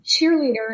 cheerleader